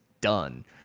done